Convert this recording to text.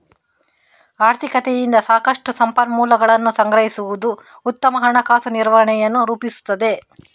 ಆರ್ಥಿಕತೆಯಿಂದ ಸಾಕಷ್ಟು ಸಂಪನ್ಮೂಲಗಳನ್ನು ಸಂಗ್ರಹಿಸುವುದು ಉತ್ತಮ ಹಣಕಾಸು ನಿರ್ವಹಣೆಯನ್ನು ರೂಪಿಸುತ್ತದೆ